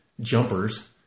jumpers